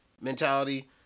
mentality